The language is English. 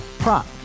Prop